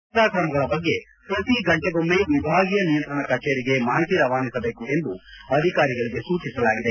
ಭದ್ರತಾ ಕ್ರಮಗಳ ಬಗ್ಗೆ ಪ್ರತಿ ಗಂಟೆಗೊಮ್ನೆ ವಿಭಾಗೀಯ ನಿಯಂತ್ರಣ ಕಚೇರಿಗೆ ಮಾಹಿತಿ ರವಾನಿಸಬೇಕು ಎಂದು ಅಧಿಕಾರಿಗಳಿಗೆ ಸೂಚಿಸಲಾಗಿದೆ